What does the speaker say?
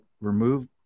remove